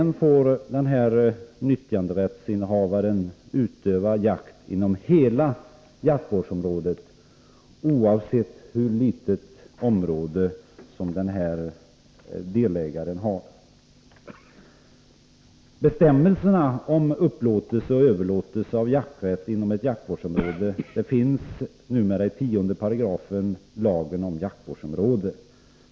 Nyttjanderättsinnehavaren får sedan utöva jakt inom hela jaktvårdsområdet, oavsett hur litet område som vederbörande delägare har. Bestämmelserna om upplåtelse och överlåtelse av jakträtt inom ett jaktvårdsområde återfinns numera i 10 § lagen om jaktvårdsområde.